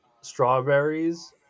strawberries